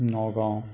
Nagaon